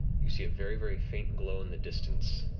you see a very very faint glow in the distance,